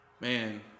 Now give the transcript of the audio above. Man